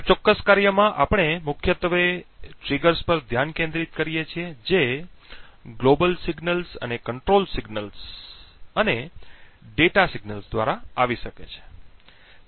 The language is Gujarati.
આ ચોક્કસ કાર્યમાં આપણે મુખ્યત્વે ટ્રિગર્સ પર ધ્યાન કેન્દ્રિત કરીએ છીએ જે વૈશ્વિક સંકેતો અને નિયંત્રણ સંકેતો અને ડેટા સંકેતો દ્વારા આવી શકે છે